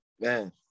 Man